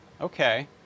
Okay